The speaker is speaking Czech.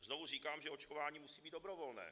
Znovu říkám, že očkování musí být dobrovolné.